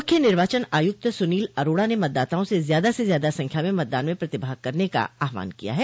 मुख्य निर्वाचन आयुक्त सुनील अरोड़ा ने मतदाताओं से ज्यादा से ज्यादा संख्या में मतदान में प्रतिभाग करने का आह्वान किया है